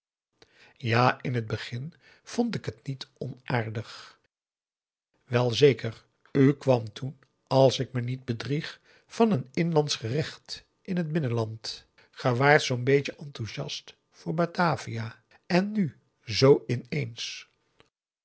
ja in het begin vond ik het niet onaardig welzeker u kwam toen als ik me niet bedrieg van een inlandsch gerecht in het binnenland ge waart zoo'n beetje enthousiast voor batavia en nu zoo